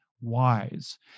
wise